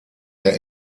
der